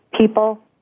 people